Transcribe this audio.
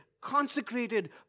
consecrated